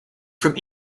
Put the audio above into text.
from